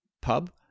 pub